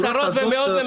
עשרות ומאות.